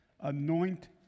Anoint